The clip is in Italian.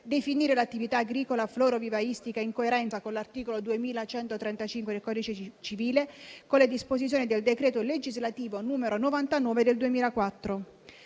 definire l'attività agricola florovivaistica in coerenza con l'articolo 2135 del codice civile e con le disposizioni del decreto legislativo 29 marzo 2004,